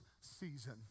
season